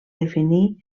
definir